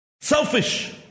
Selfish